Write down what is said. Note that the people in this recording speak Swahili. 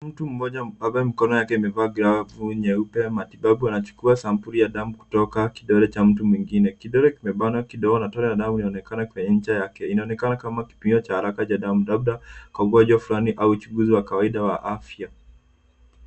Mtu mmoja ambaye mikono yake imevaa glavu nyeupe matibabu anachukua sampuli ya damu kutoka kidole cha mtu mwengine. Kidole kimebanwa kidogo na tone la damu linaonekana kwenye ncha yake. Inaonekana kama kipimo cha haraka cha damu, labda kongojo flani au uchunguzi wa kawaida wa afya.